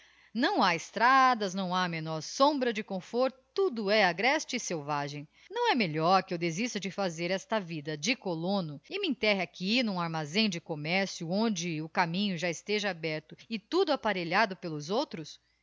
não ha estradas não ha a menor sombra de conforto tudo é agreste e selvagem não é melhor que eu desista de fazer esta vida de colono e me enterre ahi n'um armazém de comm ercio onde o caminho já esteja aberto e tudo aparelhado pelos outros